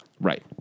Right